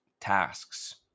tasks